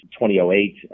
2008